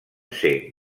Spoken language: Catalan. ser